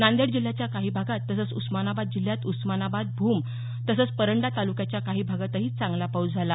नांदेड जिल्ह्याच्या काही भागात तसंच उस्मानाबाद जिल्ह्यात उस्मानाबाद भूम तसंच पंरडा तालुक्याच्या काही भागातही चांगला पाऊस झाला